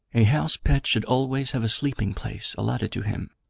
a house-pet should always have a sleeping-place allotted to him,